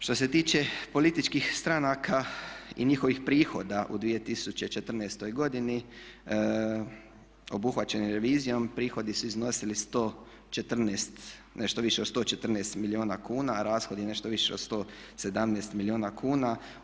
Što se tiče političkih stranaka i njihovih prihoda u 2014. godini obuhvaćenih revizijom prihodi su iznosili nešto više od 114 milijuna kuna, a rashodi nešto više od 117 milijuna kuna.